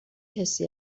حسی